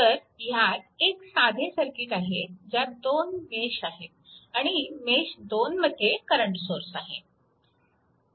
तर ह्यात एक साधे सर्किट आहे त्यात दोन मेश आहेत आणि मेश 2 मध्ये करंट सोर्स आहे